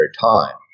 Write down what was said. time